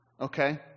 Okay